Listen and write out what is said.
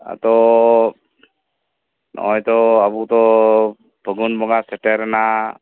ᱟᱫᱚ ᱱᱚᱜ ᱚᱭ ᱛᱚ ᱟᱵᱚᱫᱚ ᱯᱷᱟᱹᱜᱩᱱ ᱵᱚᱸᱜᱟ ᱥᱮᱴᱮᱨ ᱮᱱᱟ